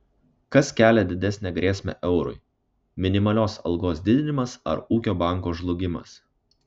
kas kelia didesnę grėsmę eurui minimalios algos didinimas ar ūkio banko žlugimas